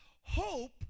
Hope